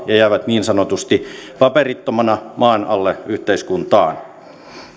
ja jotka jäävät niin sanotusti paperittomina maan alle yhteiskuntaan